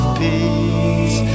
peace